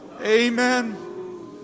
Amen